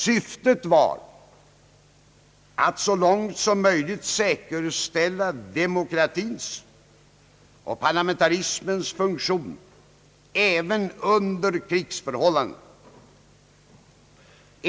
Syftet var att så långt som möjligt säkerställa demokratins och parlamentarismens funktion även under krigsförhållanden.